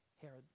Herod